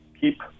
keep